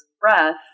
breath